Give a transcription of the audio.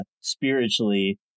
spiritually